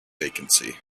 vacancy